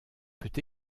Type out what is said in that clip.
peut